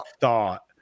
thought